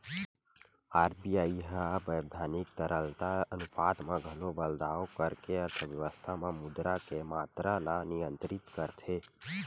RBI ह बैधानिक तरलता अनुपात म घलो बदलाव करके अर्थबेवस्था म मुद्रा के मातरा ल नियंत्रित करथे